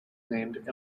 named